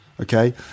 Okay